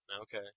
Okay